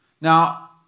Now